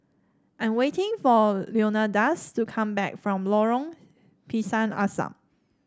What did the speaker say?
I am waiting for Leonidas to come back from Lorong Pisang Asam